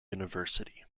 university